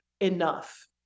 enough